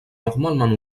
normalement